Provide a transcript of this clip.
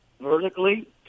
vertically